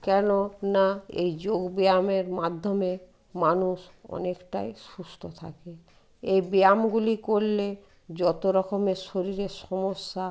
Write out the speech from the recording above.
কেন না এই যোগ ব্যায়ামের মাধ্যমে মানুষ অনেকটাই সুস্থ থাকে এই ব্যায়ামগুলি করলে যত রকমের শরীরের সমস্যা